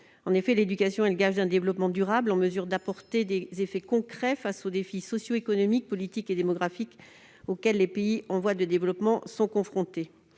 En effet, l'éducation est le gage d'un développement durable en mesure d'apporter des effets concrets face aux défis socio-économiques, politiques et démographiques auxquels les pays en voie de développement sont confrontés.